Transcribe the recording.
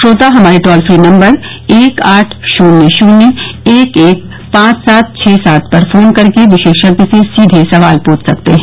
श्रोता हमारे toll free number एक आठ शुन्य शुन्य एक एक पांच सात छः सात पर फोन करके विशेषज्ञ से सीघे सवाल पूछ सकते हैं